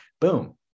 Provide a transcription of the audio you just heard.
Boom